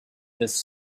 this